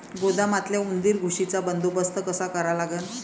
गोदामातल्या उंदीर, घुशीचा बंदोबस्त कसा करा लागन?